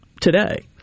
today